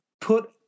put